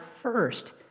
first